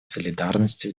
солидарности